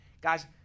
guys